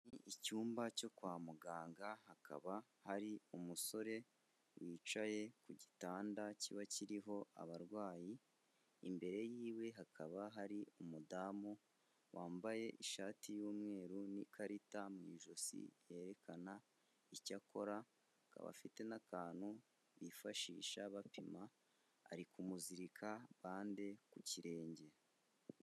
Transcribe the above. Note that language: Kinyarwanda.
Ni icyumba cyo kwa muganga, hakaba hari umusore wicaye ku gitanda kiba kiriho abarwayi, imbere yiwe hakaba hari umudamu wambaye ishati y'umweru n'ikarita mu ijosi yerekana icyo akora, akaba afite n'akantu bifashisha bapima, ari kumuzirika bande ku kirenge.